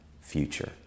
future